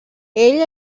ell